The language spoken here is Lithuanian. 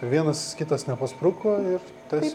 vienas kitas nepaspruko ir tas